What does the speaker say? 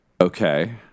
Okay